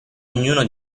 ognuno